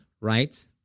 right